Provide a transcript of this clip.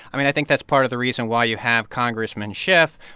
i mean, i think that's part of the reason why you have congressman schiff,